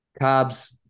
Carbs